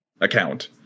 account